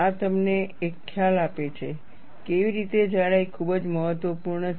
આ તમને એક ખ્યાલ આપે છે કેવી રીતે જાડાઈ ખૂબ જ મહત્વપૂર્ણ છે